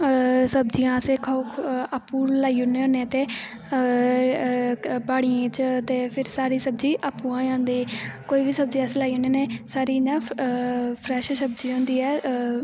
सारी सब्जियां अस अप्पू लाई ओड़ने होन्ने ते बाड़ियें च ते फिर सारी सब्जी अप्पूं आ जांदी कोई बी सब्जी अस लाई ओड़ने होन्ने साढ़ी इयां फ्रैश सब्जी होंदी ऐ